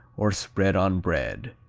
or spread on bread.